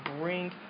bring